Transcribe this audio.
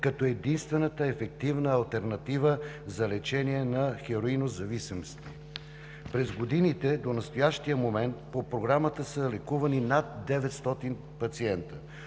като единствената ефективна алтернатива за лечение на хероиновата зависимост. През годините – и до настоящия момент, по Програмата са лекувани над 900 пациенти.